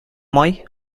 май